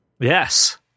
Yes